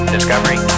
Discovery